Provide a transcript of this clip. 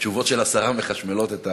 התשובות של השר מחשמלות את האווירה.